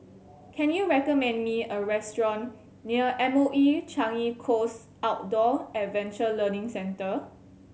can you recommend me a restaurant near M O E Changi Coast Outdoor Adventure Learning Centre